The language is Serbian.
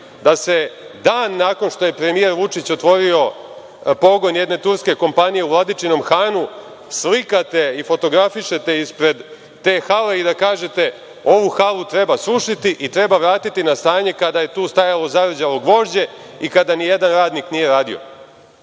da se dan nakon što je premijer Vučić otvorio pogon jedne turske kompanije u Vladičinom Hanu, slikate i fotografišete ispred te hale i da kažete – ovu halu treba srušiti i treba vratiti na stanje kada je tu stajalo zarđalo gvožđe i kada nijedan radnik nije radio. Kamo